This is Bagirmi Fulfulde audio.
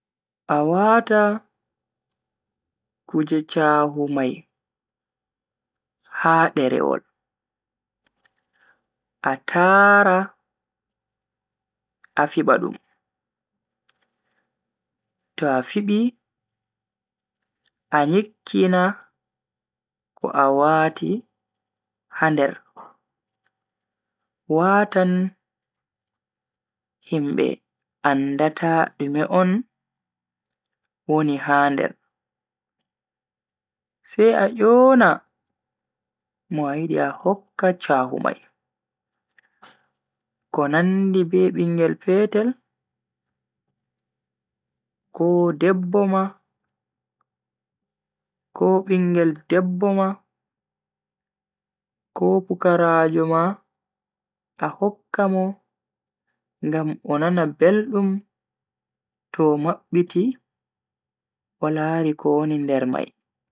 A wata kuje chahu mai ha derewol, a tara a fiba dum. To a fibi a nyikkini ko a wati ha nder watan himbe andata dume on woni ha nder. Sai a yona mo a yidi a hokka chahu mai, ko nandi be bingel petel, ko debbo ma, ko bingel debbo ma, ko pukaraajo ma a hokka mo ngam o nana beldum to o mabbiti o lari ko woni nder mai.